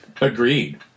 Agreed